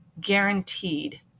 guaranteed